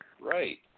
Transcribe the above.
Right